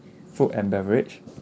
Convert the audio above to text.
food and beverage